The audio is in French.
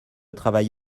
travail